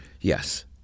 Yes